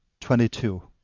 twenty two.